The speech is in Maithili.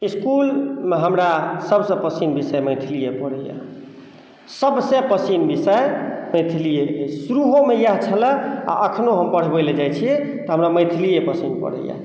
इसकुलमे हमरा सबसँ पसिन विषय मैथिलिए पड़ैए सबसँ पसिन विषय मैथिलीए अछि शुरूओमे इएह छलऽ आओर एखनहु हम पढ़बैलए जाइ छिए तऽ हमरा मैथिलिए पसिन पड़ैए